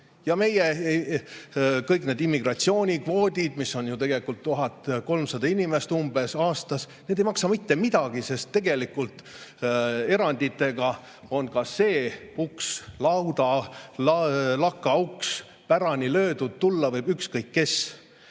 lahti! Kõik need meie immigratsioonikvoodid, mis on ju tegelikult umbes 1300 inimest aastas, ei maksa mitte midagi, sest tegelikult eranditega on ka see lauda- või lakauks pärani löödud, tulla võib ükskõik kes.